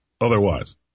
otherwise